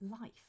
life